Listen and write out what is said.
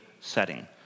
setting